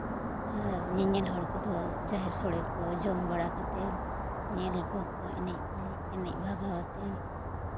ᱟᱨ ᱧᱮᱧᱮᱞ ᱦᱚᱲ ᱠᱚᱫᱚ ᱡᱟᱦᱮᱨ ᱥᱳᱲᱮ ᱠᱚ ᱡᱚᱢ ᱵᱟᱲᱟ ᱠᱟᱛᱮᱫ ᱧᱮᱞ ᱠᱚᱣᱟ ᱠᱚ ᱮᱱᱮᱡ ᱠᱚ ᱮᱱᱮᱡ ᱵᱷᱟᱜᱟᱣ ᱠᱟᱛᱮᱫ